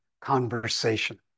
conversation